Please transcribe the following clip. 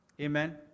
Amen